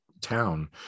town